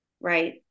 right